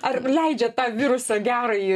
ar leidžiat tą virusą gerąjį